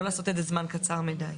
לא לעשות את זה זמן קצר מדי.